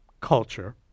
culture